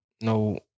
no